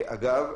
אגב,